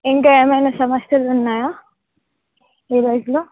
ఇంకా ఏమైనా సమస్యలు ఉన్నాయా విలేజ్లో